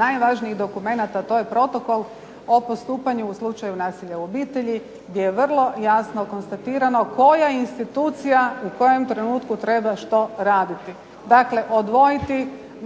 najvažnijih dokumenata a to je protokol o postupanju u slučaju nasilja u obitelji, gdje je vrlo jasno konstatirano koja institucija u kojem trenutku treba što raditi. Dakle odvojiti